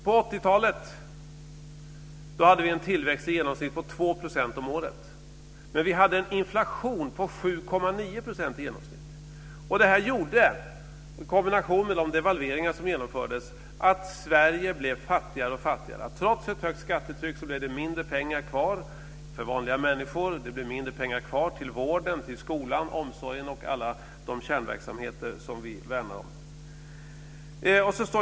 På 1980-talet hade vi en genomsnittlig tillväxt på 2 % om året, men vi hade en inflation på i genomsnitt 7,9 %. Det gjorde, i kombination med de devalveringar som genomfördes, att Sverige blev fattigare och fattigare. Trots ett högt skattetryck blev det mindre pengar kvar för vanliga människor. Det blev mindre pengar kvar till vården, skolan, omsorgen och alla de kärnverksamheter som vi värnar om.